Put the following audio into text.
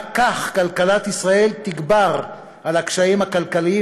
רק כך כלכלת ישראל תגבר על הקשיים הכלכליים